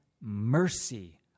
mercy